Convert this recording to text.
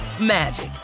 magic